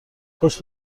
خوش